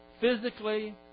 physically